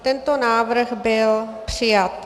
Tento návrh byl přijat.